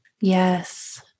Yes